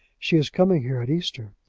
she is coming here at easter.